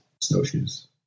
snowshoes